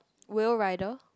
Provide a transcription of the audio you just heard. Will-Rider